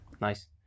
Nice